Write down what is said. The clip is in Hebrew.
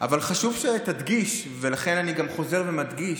אבל חשוב שתדגיש, ולכן אני גם חוזר ומדגיש,